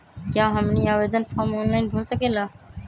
क्या हमनी आवेदन फॉर्म ऑनलाइन भर सकेला?